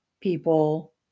people